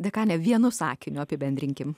dekane vienu sakiniu apibendrinkim